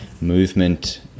movement